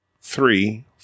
three